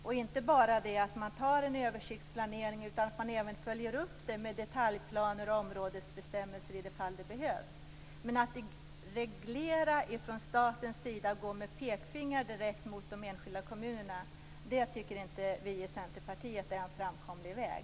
Och man skall inte bara göra en översiktsplanering, utan man skall också följa upp den med detaljplaner och områdesbestämmelser i de fall det behövs. Att staten skall reglera och gå med pekpinnar direkt mot de enskilda kommunerna tycker inte vi i Centerpartiet är en framkomlig väg.